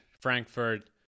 Frankfurt